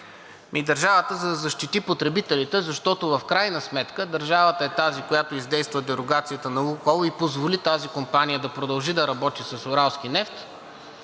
държавата, за да защити потребителите, защото в крайна сметка държавата е тази, която издейства дерогацията на „Лукойл“ и позволи тази компания да продължи да работи с нефт